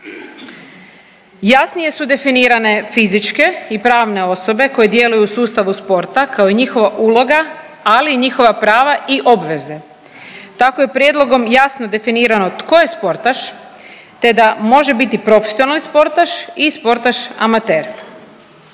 Jasnije su definirane fizičke i pravne osobe koje djeluju u sustavu sporta kao i njihova uloga, ali i njihova prava i obveze. Tako je prijedlogom jasno definirano tko je sportaš te da može biti profesionalni sportaš i sportaš amater.